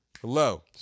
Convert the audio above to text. hello